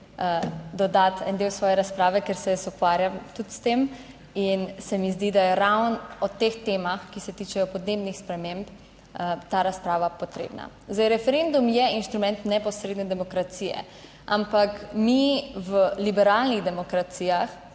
dodati en del svoje razprave, ker se jaz ukvarjam tudi s tem in se mi zdi, da je ravno o teh temah, ki se tičejo podnebnih sprememb, ta razprava potrebna. Zdaj, referendum je inštrument neposredne demokracije, ampak mi v liberalnih demokracijah